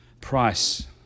price